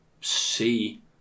see